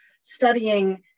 studying